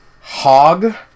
hog